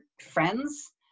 friends